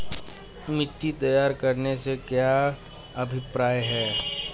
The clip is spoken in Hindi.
मिट्टी तैयार करने से क्या अभिप्राय है?